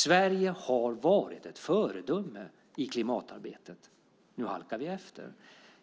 Sverige har varit ett föredöme i klimatarbetet - nu halkar vi efter.